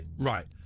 Right